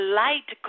light